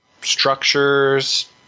structures